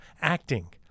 acting